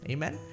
Amen